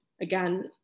again